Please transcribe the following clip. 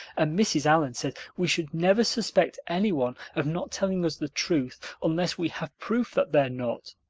and mrs. allan says we should never suspect anyone of not telling us the truth unless we have proof that they're not.